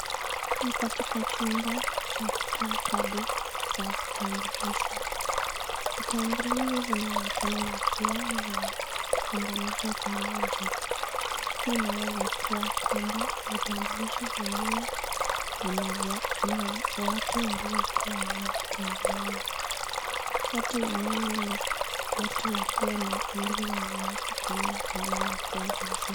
Ni katika chumba cha kutoa kadi za vitambulisho. Vitambulisho vinaonekana vikiwa vimefunganishwa pamoja. Hii inaweza kuwa kwamba vitambulisho vyenyewe vina watu waliokuwa wanatengeneza. Watu wenyewe ni watu walio na umri wa miaka kumi na nane na kwenda juu.